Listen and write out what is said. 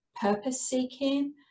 purpose-seeking